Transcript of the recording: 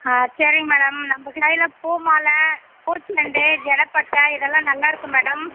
ஆ சரிங்க மேடம் நம்ம கடையில் பூ மாலை பூச்செண்டு ஜடைப்பட்ட இதெல்லாம் நல்லாயிருக்கும் மேடம்